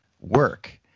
work